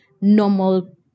normal